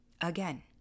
again